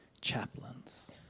chaplains